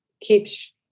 keeps